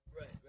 right